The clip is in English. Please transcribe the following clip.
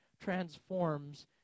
transforms